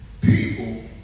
People